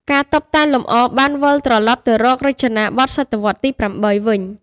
ការតុបតែងលម្អបានវិលត្រឡប់ទៅរករចនាបថសតវត្សរ៍ទី៨ វិញ។